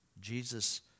Jesus